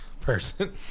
person